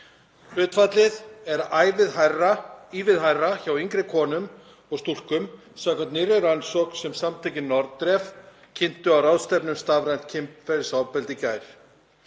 Hlutfallið er ívið hærra hjá yngri konum og stúlkum samkvæmt nýrri rannsókn sem samtökin NORDREF kynntu á ráðstefnu um stafrænt kynferðisofbeldi í gær.